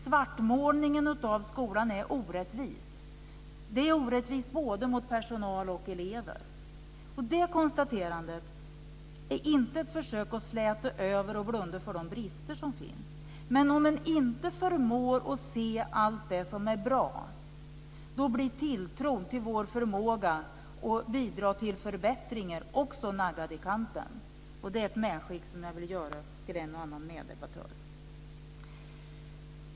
Svartmålningen av skolan är orättvis både mot personal och elever. Det konstaterandet är inte ett försök att släta över och blunda för de brister som finns. Om man inte förmår att se allt det som är bra blir tilltron till vår förmåga att bidra till förbättringar också naggad i kanten. Det vill jag skicka med till en och annan meddebattör.